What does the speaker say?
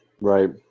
right